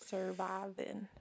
Surviving